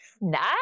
Nice